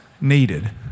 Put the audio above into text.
needed